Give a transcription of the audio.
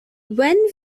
when